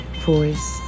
voice